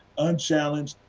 unchallenged,